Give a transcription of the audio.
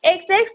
x x